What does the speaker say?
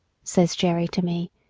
says jerry to me,